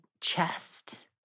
chest